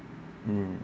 mm